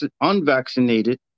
unvaccinated